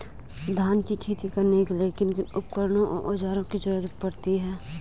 धान की खेती करने के लिए किन किन उपकरणों व औज़ारों की जरूरत पड़ती है?